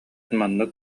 маннык